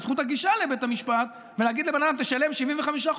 זכות הגישה לבית המשפט ולהגיד לבן אדם: תשלם 75%,